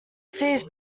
sees